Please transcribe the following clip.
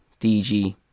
DG